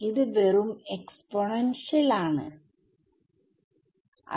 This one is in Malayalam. ഇത് വെറും എക്സ്പോണെൻഷിയൽ ആണ്